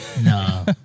No